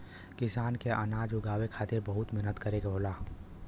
किसान के अनाज उगावे के खातिर बहुत मेहनत करे के होला